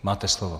Máte slovo.